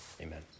amen